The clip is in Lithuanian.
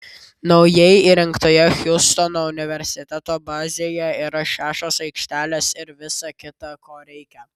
naujai įrengtoje hjustono universiteto bazėje yra šešios aikštelės ir visa kita ko reikia